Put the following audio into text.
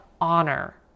honor